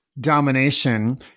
domination